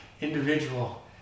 individual